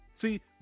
see